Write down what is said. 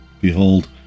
Behold